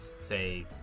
say